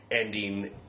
ending